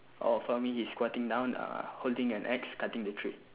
oh for me he's squatting down uh holding an axe cutting the tree